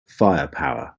firepower